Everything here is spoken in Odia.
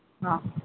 ହଁ